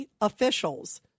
officials